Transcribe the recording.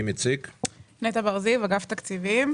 אגף התקציבים.